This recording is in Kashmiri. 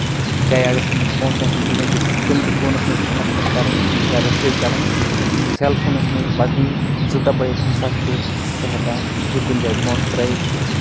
چاہے اَگر تٔمِس پونسہٕ آسان دُنیا کِس کھنہِ تہِ کوٗنس منٛز ٹرانَسفر کَرٕنۍ یا رٔسیٖو کَرٕنۍ سیل فونَس منٛز بَڑٕنۍ زٕ دَبایِتھ ہسا چھُ سُہ ہٮ۪کان بیٚیہِ کُنہِ جایہِ پونسہٕ ترٲیِتھ تہِ